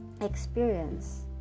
experience